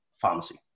pharmacy